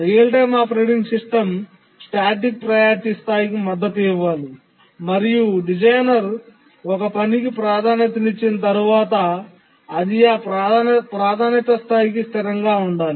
real time operating system static priority స్థాయికి మద్దతు ఇవ్వాలి మరియు డిజైనర్ ఒక పనికి ప్రాధాన్యతనిచ్చిన తర్వాత అది ఆ ప్రాధాన్యత స్థాయికి స్థిరంగా ఉండాలి